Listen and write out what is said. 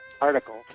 article